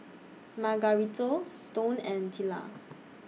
Margarito Stone and Tilla